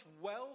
wealth